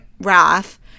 Wrath